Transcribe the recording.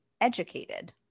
educated